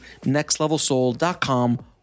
nextlevelsoul.com